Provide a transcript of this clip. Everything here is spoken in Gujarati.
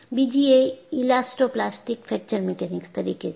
બીજી એ ઇલાસ્ટોપ્લાસ્ટિક ફ્રેક્ચર મિકેનિક્સ તરીકે છે